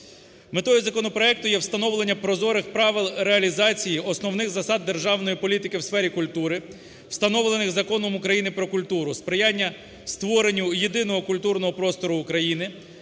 Метою законопроекту є встановлення прозорих правил реалізації основних засад державної політики у сфері культури, встановлених Законом України "Про культуру", сприяння створенню єдиного культурного простору України,